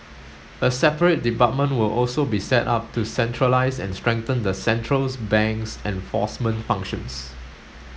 a separate department will also be set up to centralise and strengthen the central bank's enforcement functions